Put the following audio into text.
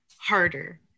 harder